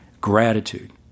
Gratitude